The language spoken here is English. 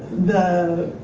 the